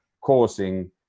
causing